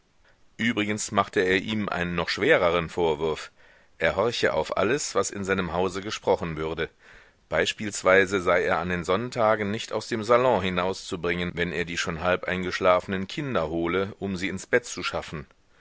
übrigens machte er ihm noch einen schwereren vorwurf er horche auf alles was in seinem hause gesprochen würde beispielsweise sei er an den sonntagen nicht aus dem salon hinauszubringen wenn er die schon halb eingeschlafenen kinder hole um sie ins bett zu schaffen